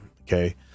Okay